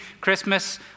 Christmas